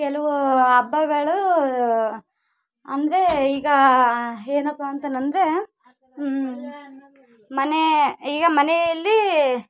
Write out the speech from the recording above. ಕೆಲವು ಹಬ್ಬಗಳು ಅಂದರೆ ಈಗ ಏನಪ್ಪ ಅಂತಾನಂದರೆ ಮನೆ ಈಗ ಮನೆಯಲ್ಲಿ